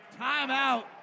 Timeout